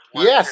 Yes